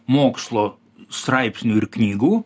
mokslo straipsnių ir knygų